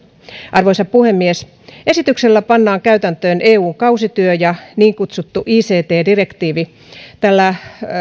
arvoisa puhemies esityksellä pannaan käytäntöön eun kausityö ja niin kutsuttu ict direktiivi tällä